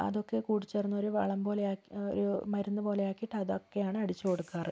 അതൊക്കെ കൂടി ചേർന്ന് ഒരു വളം പോലെ ആക്കി ഒരു മരുന്നുപോലെ ആക്കി അതൊക്കെയാണ് അടിച്ചിട്ട് കൊടുക്കാറ്